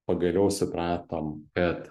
pagaliau supratom kad